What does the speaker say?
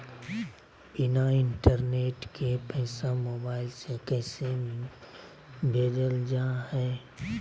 बिना इंटरनेट के पैसा मोबाइल से कैसे भेजल जा है?